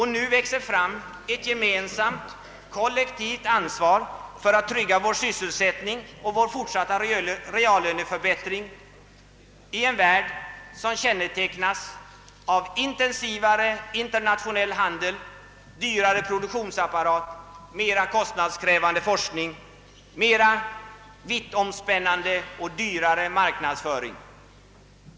Det växer nu fram ett gemensamt kollektivt ansvar för att trygga vår sysselsättning och vår fortsatta reallöneförbättring i en värld som kännetecknas av en intensivare industriell konkurrens, dyrare produktionsapparat, mera kostnadskrävande forskning, mera vittomspännande och dyrare marknadsföring.